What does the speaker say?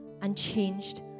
unchanged